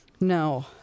no